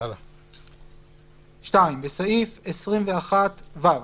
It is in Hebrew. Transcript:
(2)בסעיף 21(ו),